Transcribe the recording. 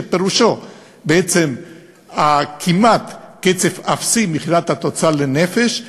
שפירושו בעצם כמעט קצב אפסי מבחינת התוצר לנפש,